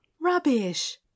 Rubbish